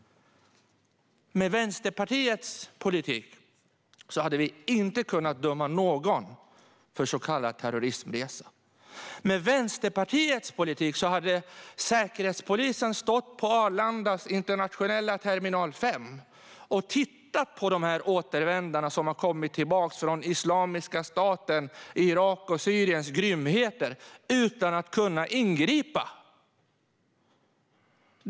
Med Vänsterpartiets politik hade vi inte kunnat döma någon för så kallade terrorismresor. Med Vänsterpartiets politik hade Säkerhetspolisen stått på Arlandas internationella terminal 5 och tittat på de återvändare som kom tillbaka från Islamiska staten och dess grymheter i Irak och Syrien utan att kunna ingripa.